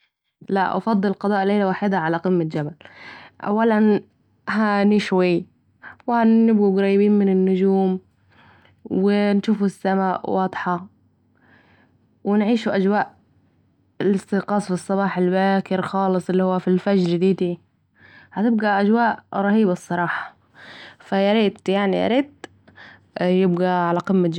لأ افضل قضاء ليلة واحده على قمة جبل، أولا هنشوي وهنبقوا قريبين من النجوم و هنشوف السماء و اضحه و نعيشوا أجواء الاستيقاظ في الصباح الباكر خالص الي هو في الفجر ديتي ، هتبقي أجواء رهيبه الصراحه ، فا ياريت يعني ياريت يبقى على قمة جبل